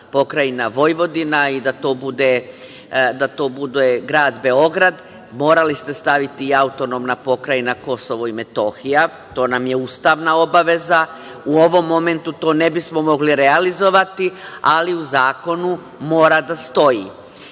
to bude AP Vojvodina i da to bude Grad Beograd. Morali ste staviti i AP Kosovo i Metohija. To nam je ustavna obaveza. U ovom momentu to ne bismo mogli realizovati, ali u zakonu mora da stoji. Kada